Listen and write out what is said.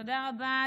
תודה רבה.